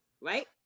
right